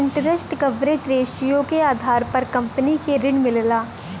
interest coverage ratio के आधार पर कंपनी के ऋण मिलला